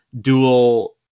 dual